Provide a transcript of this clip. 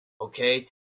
okay